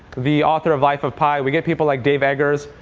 the author of life of pi. we get people like dave eggers.